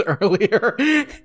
earlier